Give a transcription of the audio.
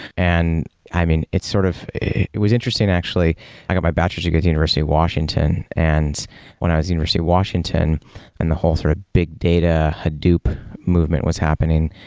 and i mean, it's sort of it was interesting to actually i got my bachelor's degree at university of washington and when i was at university of washington and the whole sort of big data hadoop movement was happening,